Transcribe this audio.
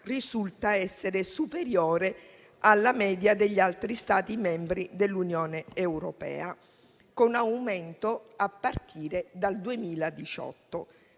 risulta essere superiore alla media degli altri Stati membri dell'Unione europea, con un aumento a partire dal 2018: